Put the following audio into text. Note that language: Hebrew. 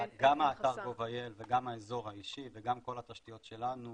גם האתר gov.il וגם האזור האישי וגם כל התשתיות שלנו